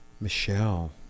Michelle